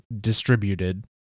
distributed